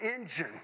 engine